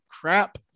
crap